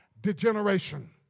degeneration